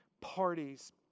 parties